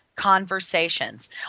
conversations